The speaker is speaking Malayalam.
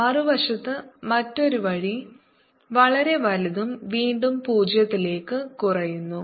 മറുവശത്ത് മറ്റൊരു വഴി വളരെ വലുതും വീണ്ടും പൂജ്യത്തിലേക്കു കുറയുന്നു